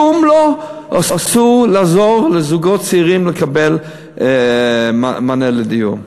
כלום לא עשו לעזור לזוגות צעירים לקבל מענה לדיור.